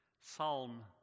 psalm